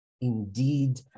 Indeed